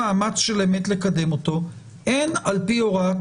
המחוקק בא ואמר --- המחוקק לא ביטל